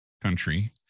country